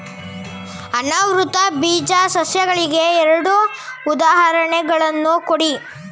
ಅನಾವೃತ ಬೀಜ ಸಸ್ಯಗಳಿಗೆ ಎರಡು ಉದಾಹರಣೆಗಳನ್ನು ಕೊಡಿ